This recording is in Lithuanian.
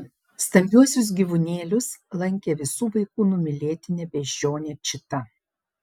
stambiuosius gyvūnėlius lankė visų vaikų numylėtinė beždžionė čita